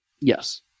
Yes